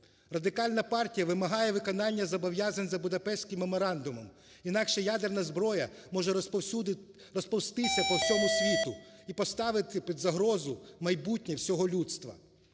Радикальна партія вимагає виконання зобов'язань за Будапештським меморандумом, інакше ядерна зброя може розповзтися по всьому світу і поставити під загрозу майбутнє всього людства.